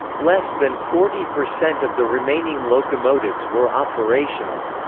less than forty percent of the remaining locomotives were operational.